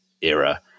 era